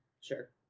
Sure